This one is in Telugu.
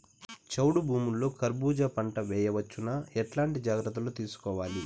చౌడు భూముల్లో కర్బూజ పంట వేయవచ్చు నా? ఎట్లాంటి జాగ్రత్తలు తీసుకోవాలి?